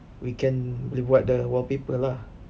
we can boleh buat the wallpaper lah